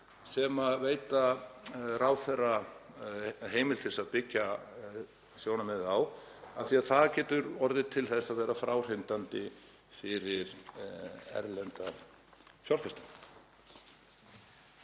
sem veita ráðherra heimild til að byggja sjónarmið á, af því að það getur orðið til þess að vera fráhrindandi fyrir erlenda fjárfesta.